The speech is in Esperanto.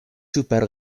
super